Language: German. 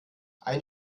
ein